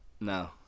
No